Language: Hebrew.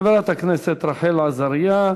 חברת הכנסת רחל עזריה,